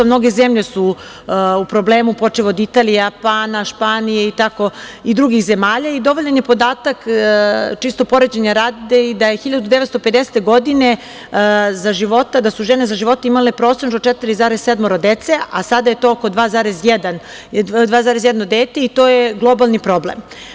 Mnoge zemlje su u problemu počev od Italije, Japana, Španije i drugih zemalja i dovoljan je podatak, čisto poređenja radi, i da je 1950. godine da su žene za života imale prosečno 4,7 dece, a sada je to oko 2,1 dete i to je globalni problem.